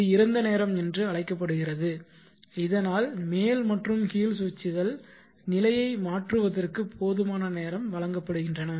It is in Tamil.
இது இறந்த நேரம் என்று அழைக்கப்படுகிறது இதனால் மேல் மற்றும் கீழ் சுவிட்சுகள் நிலையை மாற்றுவதற்கு போதுமான நேரம் வழங்கப்படுகின்றன